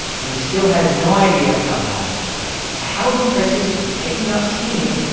we still had no idea how bad it would get. the housing crisis was picking up steam,